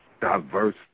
diverse